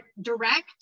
direct